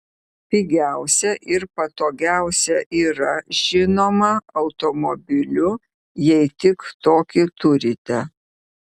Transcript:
pigiausia ir patogiausia yra žinoma automobiliu jei tik tokį turite